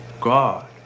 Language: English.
God